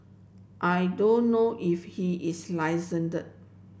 I don't know if he is